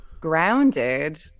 grounded